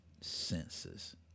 senses